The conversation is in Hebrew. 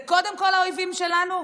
ושזה קודם כול האויבים שלנו?